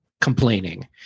complaining